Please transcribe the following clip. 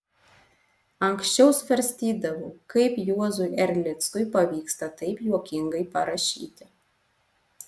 anksčiau svarstydavau kaip juozui erlickui pavyksta taip juokingai parašyti